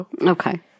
Okay